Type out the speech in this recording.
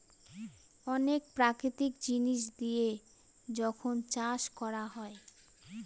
অনেক প্রাকৃতিক জিনিস দিয়ে যখন চাষ করা হয়